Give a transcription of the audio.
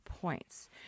points